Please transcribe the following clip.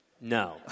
No